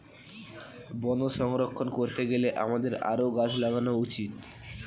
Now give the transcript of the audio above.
বন সংরক্ষণ করতে গেলে আমাদের আরও গাছ লাগানো উচিত